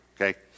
okay